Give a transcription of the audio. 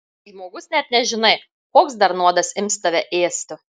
žmogus net nežinai koks dar nuodas ims tave ėsti